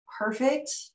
perfect